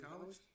college